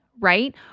right